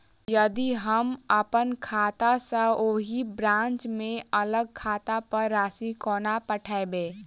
यदि हम अप्पन खाता सँ ओही ब्रांच केँ अलग खाता पर राशि कोना पठेबै?